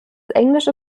englische